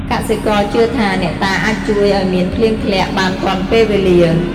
កសិករជឿថា អ្នកតាអាចជួយឲ្យមានភ្លៀងធ្លាក់បានទាន់ពេលវេលា។